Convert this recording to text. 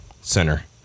center